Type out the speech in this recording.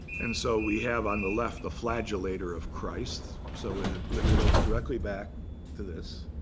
and so we have on the left, the flagellator of christ. so it relates directly back to this.